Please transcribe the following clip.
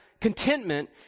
contentment